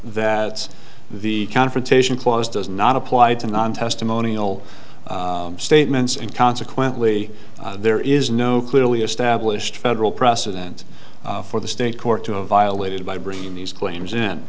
that the confrontation clause does not apply to non testimonial statements and consequently there is no clearly established federal precedent for the state court to have violated by bringing these claims in